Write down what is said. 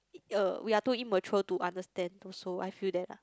uh we are too immature to understand also I feel that lah